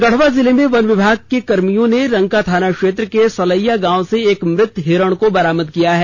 गढ़वा जिले में वन विभाग के कर्मियों ने रंका थाना क्षेत्र के सलैया गांव से एक मृत हिरण को बरामद किया है